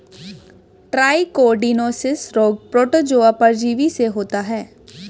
trichodinosis रोग protozoa परजीवी से होता है